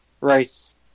Rice